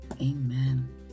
Amen